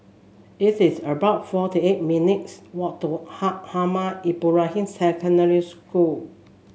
this is about forty eight minutes' walk to Ahmad Ibrahim Secondary School